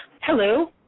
Hello